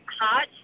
hot